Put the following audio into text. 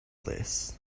this